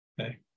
okay